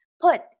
put